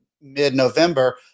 mid-November